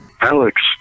Alex